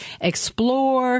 explore